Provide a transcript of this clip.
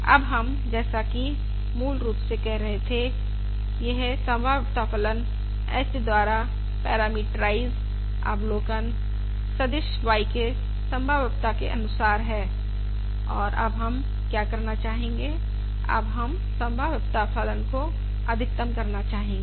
अब हम जैसा कि मूल रूप से कह रहे थे यह संभाव्यता फलन h द्वारा पैरामीट्राइज अवलोकन सदिश y के संभाव्यता के अनुसार है और अब हम क्या करना चाहेंगे अब हम संभाव्यता फलन को अधिकतम करना चाहेंगे